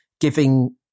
giving